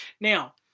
now